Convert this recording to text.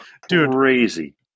crazy